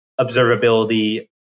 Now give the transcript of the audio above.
observability